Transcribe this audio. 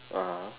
(uh huh)